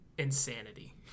insanity